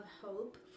hope